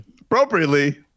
Appropriately